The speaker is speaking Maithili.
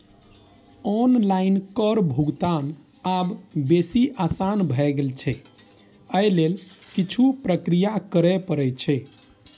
आनलाइन कर भुगतान आब बेसी आसान भए गेल छै, अय लेल किछु प्रक्रिया करय पड़ै छै